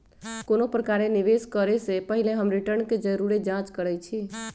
कोनो प्रकारे निवेश करे से पहिले हम रिटर्न के जरुरे जाँच करइछि